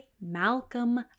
Malcolm